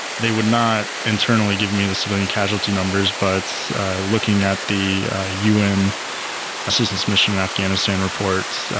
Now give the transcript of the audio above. they would not internally give me the civilian casualty numbers but looking at the ah un assistance mission in afghanistan reports,